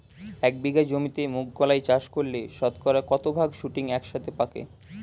এক বিঘা জমিতে মুঘ কলাই চাষ করলে শতকরা কত ভাগ শুটিং একসাথে পাকে?